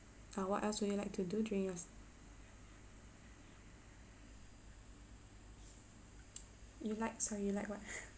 ah what else would you like to do during your you like sorry you like what